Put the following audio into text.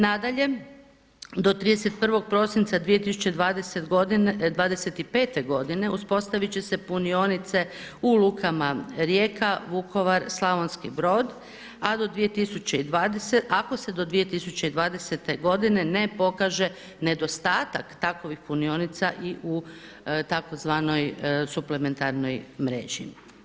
Nadalje, do 31. prosinca 2025. godine uspostaviti će se punionice u lukama Rijeka, Vukovar, Slavonski Brod a do 2020. ako se do 2020. godine ne pokaže nedostatak takvih punionica i u tzv. suplementarnoj mreži.